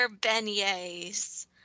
beignets